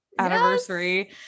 anniversary